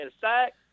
sack